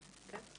אינטליגנטיים.